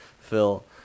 Phil